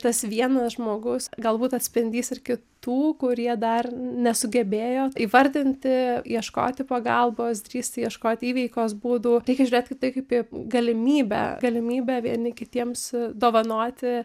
tas vienas žmogaus galbūt atspindys ir kitų kurie dar nesugebėjo įvardinti ieškoti pagalbos drįsti ieškoti įveikos būdų reikia žiūrėti į tai kaip į galimybę galimybę vieni kitiems dovanoti